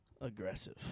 aggressive